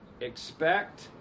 expect